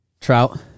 Trout